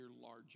larger